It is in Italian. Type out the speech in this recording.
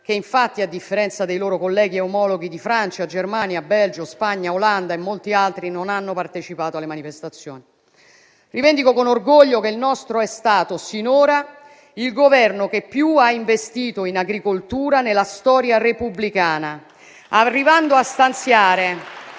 queste, a differenza delle loro colleghe omologhe di Francia, Germania, Belgio, Spagna, Olanda e di molti altri Paesi, non hanno partecipato alle manifestazioni. Rivendico con orgoglio che il nostro è stato sinora il Governo che più ha investito in agricoltura nella storia repubblicana, arrivando a stanziare,